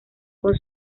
con